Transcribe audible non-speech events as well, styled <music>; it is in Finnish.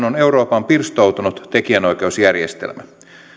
<unintelligible> on euroopan pirstoutunut tekijänoikeusjärjestelmä